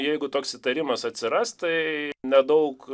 jeigu toks įtarimas atsiras tai nedaug